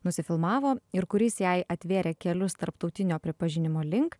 nusifilmavo ir kuris jai atvėrė kelius tarptautinio pripažinimo link